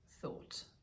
thought